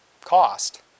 cost